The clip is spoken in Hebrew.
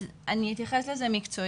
אז אני אתייחס לזה מקצועית,